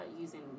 using